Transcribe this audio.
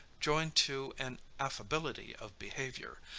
joined to an affability of behavior,